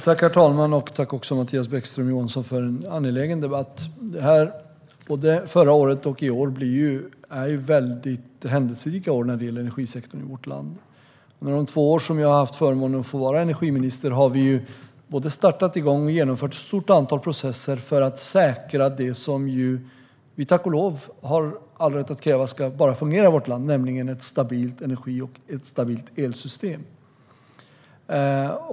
Herr talman! Tack, Mattias Bäckström Johansson, för en angelägen debatt! Både det föregående året och det här året är ju väldigt händelserika år när det gäller energisektorn i vårt land. Under de två år som jag har haft förmånen att vara energiminister har vi startat och genomfört ett stort antal processer för att säkra det som vi har all rätt att kräva fungerar i vårt land, nämligen ett stabilt energi och elsystem.